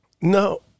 No